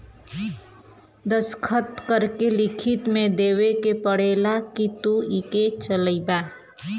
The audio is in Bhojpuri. दस्खत करके लिखित मे देवे के पड़ेला कि तू इके चलइबा